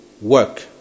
work